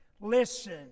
listen